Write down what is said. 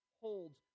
holds